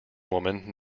woman